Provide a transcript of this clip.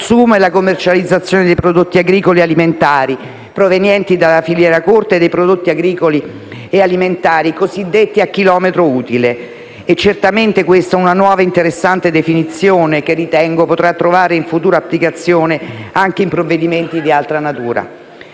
il consumo e la commercializzazione dei prodotti agricoli ed alimentari provenienti da filiera corta e dei prodotti agricoli e alimentari cosiddetti a chilometro utile e certamente questa è una nuova ed interessante definizione che ritengo potrà trovare in futuro applicazione anche in provvedimenti di altra natura.